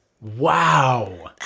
Wow